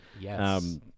Yes